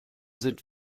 sind